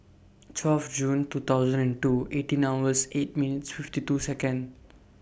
twelve June two thousand and two eighteen hours eight minutes fifty two Second